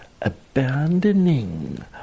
abandoning